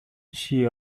she